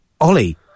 Ollie